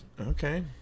Okay